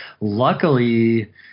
Luckily